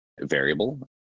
variable